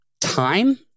time